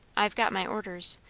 i've got my orders,